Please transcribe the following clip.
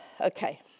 okay